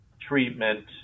treatment